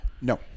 No